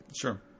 Sure